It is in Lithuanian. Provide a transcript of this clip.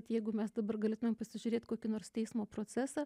jeigu mes dabar galėtumėm pasižiūrėt kokį nors teismo procesą